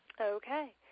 Okay